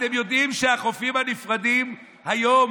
אתם יודעים שהחופים הנפרדים היום